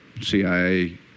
CIA